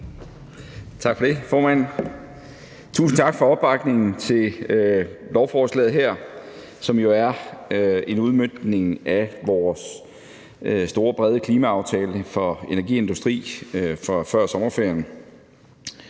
Tak for det, formand. Tusind tak for opbakningen til lovforslaget her, som jo er en udmøntning af vores store, brede klimaaftale for energi og industri fra før sommerferien.